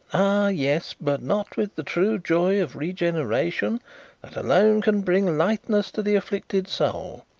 yes but not with the true joy of regeneration that alone can bring lightness to the afflicted soul.